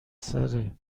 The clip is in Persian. سره